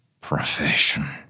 profession